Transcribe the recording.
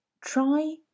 Try